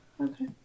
okay